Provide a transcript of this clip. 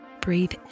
Breathe